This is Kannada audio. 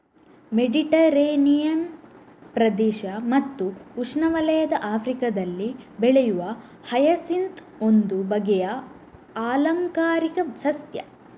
ಮೆಡಿಟರೇನಿಯನ್ ಪ್ರದೇಶ ಮತ್ತು ಉಷ್ಣವಲಯದ ಆಫ್ರಿಕಾದಲ್ಲಿ ಬೆಳೆಯುವ ಹಯಸಿಂತ್ ಒಂದು ಬಗೆಯ ಆಲಂಕಾರಿಕ ಸಸ್ಯ